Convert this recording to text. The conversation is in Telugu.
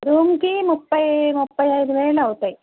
రూమ్కి ముప్పై ముప్పై ఐదు వేలు అవుతాయి